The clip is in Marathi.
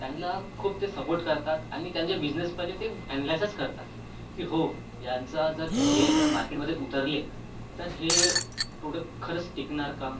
त्यांना खूप ते सपोर्ट करतात आणि त्यांचे बिझनेसमध्ये ते ॲनल्यासेस करतात की हो यांचा जर हे जर मार्केटमध्ये उतरले तर हे प्रोडक्ट खरंच टिकणार का